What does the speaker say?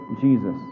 Jesus